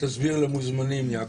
תסביר למוזמנים, יעקב.